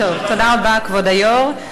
כבוד היושב-ראש,